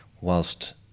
whilst